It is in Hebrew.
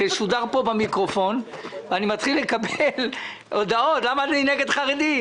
זה שודר פה במיקרופון ואני מתחיל לקבל הודעות למה אני נגד חרדים.